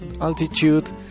altitude